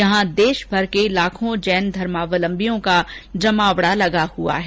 यहां देशभर के लाखों जैन धर्मावलंबियों का जमावड़ा लगा हुआ है